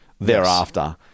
thereafter